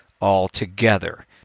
altogether